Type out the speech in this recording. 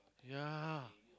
ya